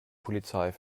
polizei